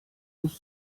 muss